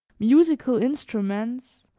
musical instruments,